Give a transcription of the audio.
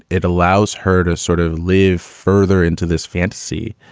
it allows her to sort of live further into this fantasy.